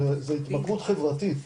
זה התמכרות חברתית,